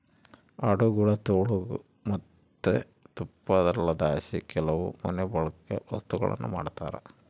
ಆಡುಗುಳ ತೊಗಲು ಮತ್ತೆ ತುಪ್ಪಳದಲಾಸಿ ಕೆಲವು ಮನೆಬಳ್ಕೆ ವಸ್ತುಗುಳ್ನ ಮಾಡ್ತರ